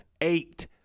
Eight